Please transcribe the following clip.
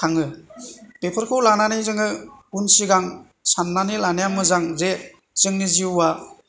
थाङो बेफोरखौ लानानै जोङो उन सिगां साननानै लानाया मोजां जे जोंनि जिउआ